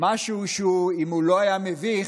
משהו שאם הוא לא היה מביך,